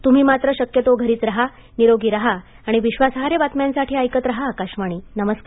तुम्ही मात्र शक्यतो घरीच राहा निरोगी राहा आणि विश्वासार्ह बातम्यांसाठी ऐकत राहा आकाशवाणी नमस्कार